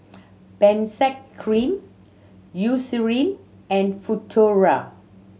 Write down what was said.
Benzac Cream Eucerin and Futuro